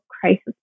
crisis